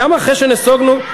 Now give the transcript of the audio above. גם אחרי שנסוגונו,